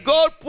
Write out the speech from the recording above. God